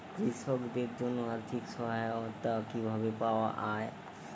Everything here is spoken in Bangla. কৃষকদের জন্য আর্থিক সহায়তা কিভাবে পাওয়া য়ায়?